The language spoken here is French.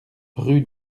rue